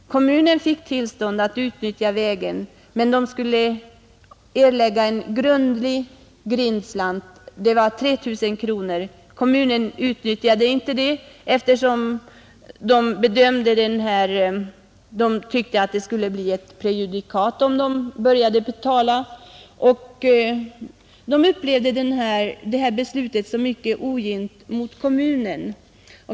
Kommunen fick tillstånd att utnyttja vägen, men man skulle erlägga en rundlig grindslant, 3 000 kronor. Kommunen begagnade inte detta tillstånd, eftersom man menade att det skulle bli ett prejudikat, om man började betala. Beslutet uppfattades också som mycket ogint mot kommunen.